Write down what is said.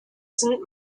sind